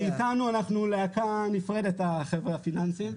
מאתנו, אנחנו להקה נפרדת החבר'ה הפיננסים.